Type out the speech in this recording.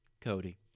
Cody